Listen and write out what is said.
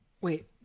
Wait